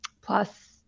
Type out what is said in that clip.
plus